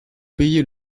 payez